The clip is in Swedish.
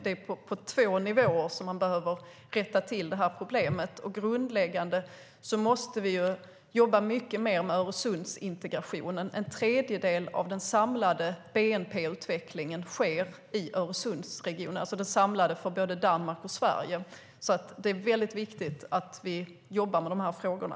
Det är på två nivåer som man behöver rätta till problemet. Grundläggande är att vi måste jobba mycket mer med Öresundsintegrationen. En tredjedel av den samlade bnp-utvecklingen för både Danmark och Sverige sker i Öresundsregionen. Det är väldigt viktigt att vi jobbar med de frågorna.